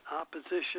opposition